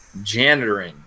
janitoring